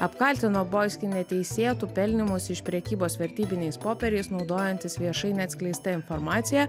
apkaltino boiski neteisėtu pelnymosi iš prekybos vertybiniais popieriais naudojantis viešai neatskleista informacija